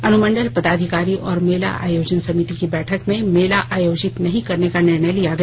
अनुमंडल पदाधिकारी और मेला आयोजन समिति की बैठक में मेले आयोजित नहीं करने का निर्णय लिया गया